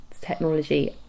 technology